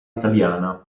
italiana